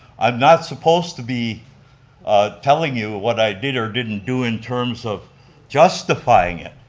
i'm not supposed to be telling you what i did or didn't do in terms of justifying it,